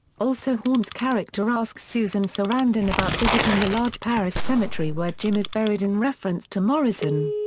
also hawn's character asks susan sarandon about visiting the large paris cemetery where jim is buried in reference to morrison.